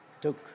took